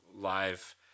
live